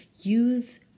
Use